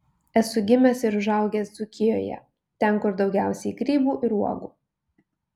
esu gimęs ir užaugęs dzūkijoje ten kur daugiausiai grybų ir uogų